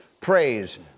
praise